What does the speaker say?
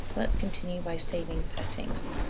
let's continue by saving settings.